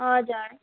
हजुर